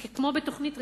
כמו בתוכנית ריאליטי,